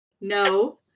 no